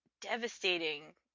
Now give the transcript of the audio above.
devastating